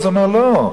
הוא אומר: לא,